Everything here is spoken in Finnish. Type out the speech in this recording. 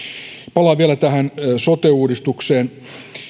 palaan vielä tähän sote uudistukseen